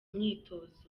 myitozo